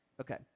Okay